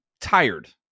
tired